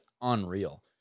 unreal